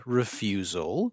refusal